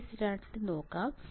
case number 2 നോക്കാം